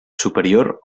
superior